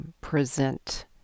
present